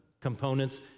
components